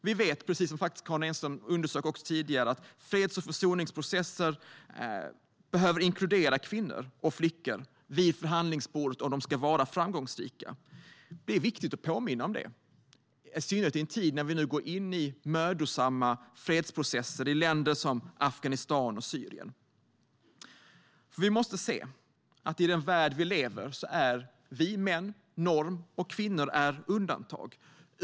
Vi vet, precis som Karin Enström underströk tidigare, att freds och försoningsprocesser behöver inkludera kvinnor och flickor vid förhandlingsbordet om de ska vara framgångsrika. Det är viktigt att påminna om det, i synnerhet i en tid när vi nu går in i mödosamma fredsprocesser i länder som Afghanistan och Syrien. Vi måste se att i den värld vi lever i är vi män norm och kvinnor undantag.